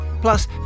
plus